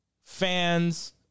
Fans